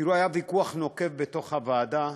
תראו, היה ויכוח נוקב בוועדה,